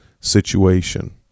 situation